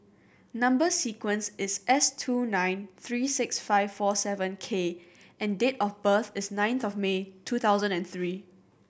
number sequence is S two nine three six five four seven K and date of birth is ninth of May two thousand and three